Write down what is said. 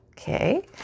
Okay